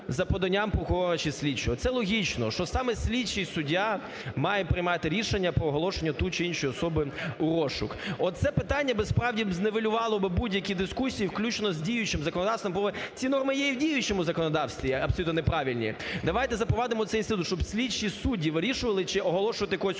за поданням прокурора чи слідчого. Це логічно, що саме слідчий суддя має приймати рішення про оголошення ту чи іншу особу у розшук. Оце питання, насправді, знівелювали би будь-які дискусії, включно з діючим законодавством, бо ці норми є і в діючому законодавстві абсолютно неправильні. Давайте запровадимо цей інститут, щоб слідчі судді вирішували, чи оголошувати когось